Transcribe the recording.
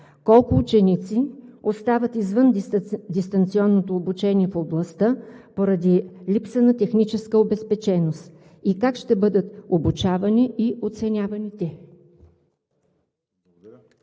Колко ученици остават извън дистанционното обучение в областта поради липса на техническа обезпеченост? Как ще бъдат обучавани и оценявани те?